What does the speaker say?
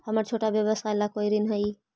हमर छोटा व्यवसाय ला कोई ऋण हई?